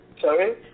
Sorry